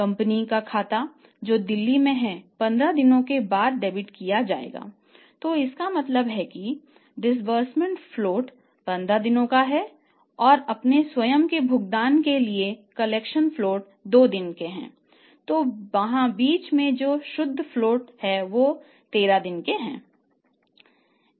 company का खाता जो दिल्ली में है 15 दिनों के बाद डेबिट किया जाएगा तो इसका मतलब है कि डिसबर्समेंट फ्लोट है जो 13 दिन है